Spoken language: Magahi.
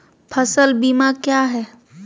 फ़सल बीमा क्या है?